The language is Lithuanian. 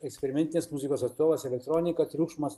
eksperimentinės muzikos atstovas elektronika triukšmas